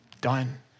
Done